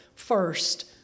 first